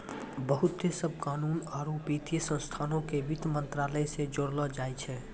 बहुते सभ कानूनो आरु वित्तीय संस्थानो के वित्त मंत्रालय से जोड़लो जाय छै